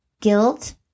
guilt